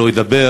לא אדבר,